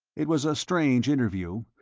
it was a strange interview,